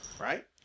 Right